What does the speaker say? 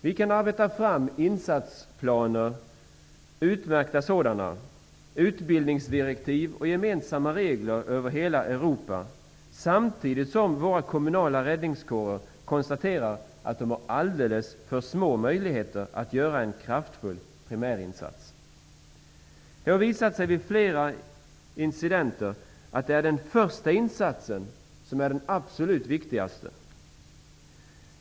Vi kan arbeta fram utmärkta insatsplaner, utbildningsdirektiv och gemensamma regler över hela Europa samtidigt som våra kommunala räddningskårer konstaterar att de har alldeles för små möjligheter att göra en kraftfull primärinsats. Det har visat sig vid flera incidenter att det är den första insatsen som är den absolut viktigaste.